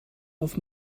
auf